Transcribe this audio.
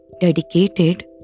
dedicated